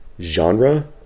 genre